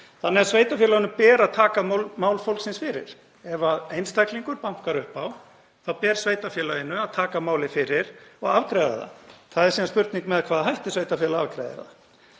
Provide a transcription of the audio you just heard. Þannig að sveitarfélögunum ber að taka mál fólksins fyrir. Ef einstaklingur bankar upp á þá ber sveitarfélaginu að taka málið fyrir og afgreiða það. Það er síðan spurning með hvaða hætti sveitarfélag afgreiðir það.